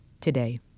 today